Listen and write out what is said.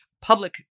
public